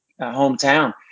hometown